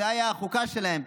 זו הייתה החוקה שלהם,